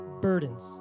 burdens